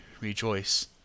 rejoice